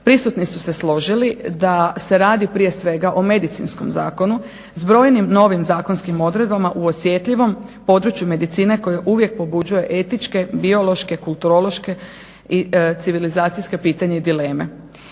Prisutni su se složili da se radi prije svega o medicinskom zakonu, zbrojenim novim zakonskim odredbama u osjetljivom području medicine koja uvijek pobuđuje etičke, biološke, kulturološke i civilizacijska pitanja i dileme.